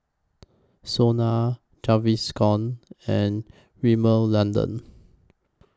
Sona Gaviscon and Rimmel London